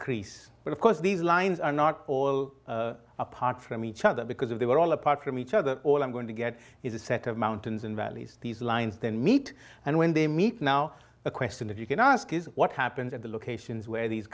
increase but of course these lines are not all apart from each other because of they were all apart from each other all i'm going to get is a set of mountains and valleys these lines then meet and when they meet now a question if you can ask is what happens at the locations where these